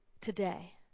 Today